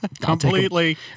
Completely